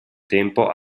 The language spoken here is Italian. tempo